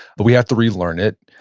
but we have to re-learn it.